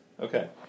Okay